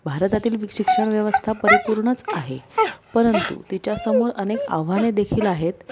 भारतातील शिक्षण व्यवस्था परिपूर्णच आहे परंतु तिच्यासमोर अनेक आव्हाने देखील आहेत